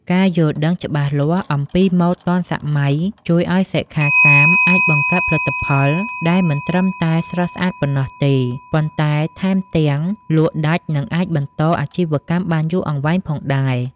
ការយល់ដឹងច្បាស់លាស់អំពីម៉ូដទាន់សម័យជួយឱ្យសិក្ខាកាមអាចបង្កើតផលិតផលដែលមិនត្រឹមតែស្រស់ស្អាតប៉ុណ្ណោះទេ ប៉ុន្តែថែមទាំងលក់ដាច់ និងអាចបន្តអាជីវកម្មបានយូរអង្វែងផងដែរ។